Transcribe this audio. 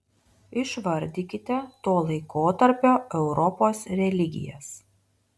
išvardykite to laikotarpio europos religijas